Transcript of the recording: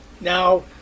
now